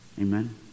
Amen